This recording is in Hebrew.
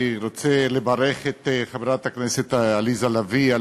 אני רוצה לברך את חברת הכנסת עליזה לביא על